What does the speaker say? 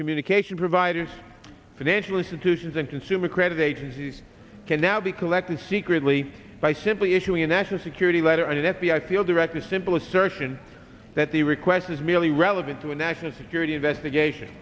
from cation providers financial institutions and consumer credit agencies can now be collected secretly by simply issuing a national security letter and f b i field director simple assertion that the request is merely relevant to a national security investigation